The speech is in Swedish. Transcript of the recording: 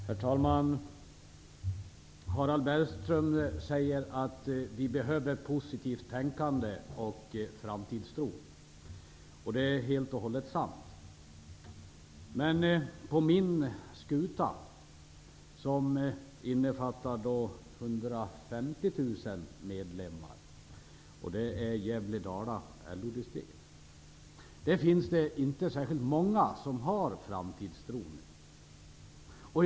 Herr talman! Harald Bergström säger att vi behöver positivt tänkande och framtidstro. Det är helt och hållet sant. Men på min skuta, som innefattar 150 000 medlemmar -- det är Gävle-Dala LO-distrikt -- finns det inte särskilt många som har framtidstro nu.